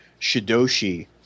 shidoshi